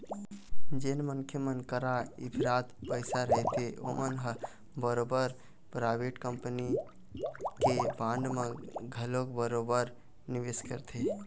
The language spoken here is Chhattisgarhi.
जेन मनखे मन करा इफरात पइसा रहिथे ओमन ह बरोबर पराइवेट कंपनी के बांड म घलोक बरोबर निवेस करथे